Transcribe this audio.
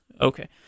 Okay